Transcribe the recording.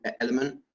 element